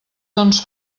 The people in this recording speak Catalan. doncs